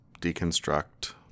deconstruct